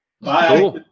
Bye